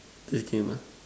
play game ah